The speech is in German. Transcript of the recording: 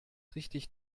richtig